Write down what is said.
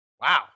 wow